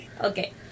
Okay